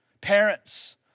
Parents